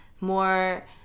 more